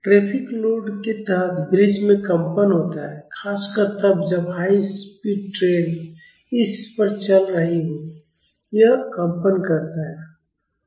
traffic load के तहत bridge में कंपन होता है खासकर तब जब हाई स्पीड ट्रेनें इस पर चल रही हों यह कंपन करता है